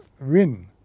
win